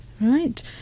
right